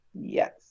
yes